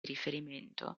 riferimento